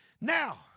Now